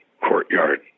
courtyard